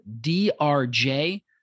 DRJ